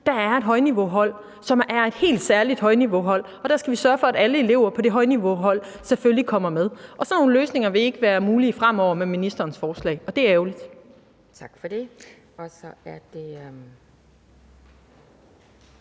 der er et højniveauhold, som er et helt særligt højniveauhold, og hvor vi selvfølgelig skal sørge for, at alle elever på det højniveauhold kommer med. Sådan nogle løsninger vil ikke være mulige fremover med ministerens forslag, og det er ærgerligt. Kl. 13:49 Anden